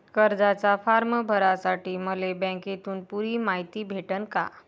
कर्जाचा फारम भरासाठी मले बँकेतून पुरी मायती भेटन का?